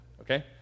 Okay